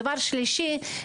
דבר שלישי,